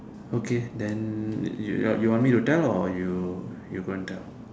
okay then you you you want me to tell or you you go and tell